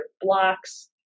blocks